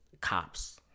cops